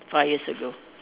five years ago